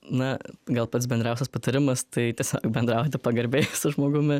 na gal pats bendriausias patarimas tai tiesiog bendrauti pagarbiai su žmogumi